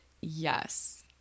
yes